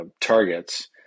targets